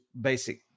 basic